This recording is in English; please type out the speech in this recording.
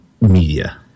media